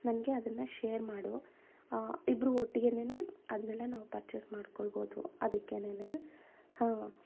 ನನಗೆ ಅದನ್ನು ಶೇರ್ ಮಾಡು ಇಬ್ಬರೂ ಒಟ್ಟಿಗೇನೆ ಅದನ್ನೆಲ್ಲ ನಾವು ಪರ್ಚೇಸ್ ಮಾಡಿಕೊಳ್ಬಹುದು ಅದಕ್ಕೇನೆ ಹಾಂ